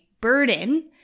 burden